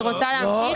אני רוצה להמשיך.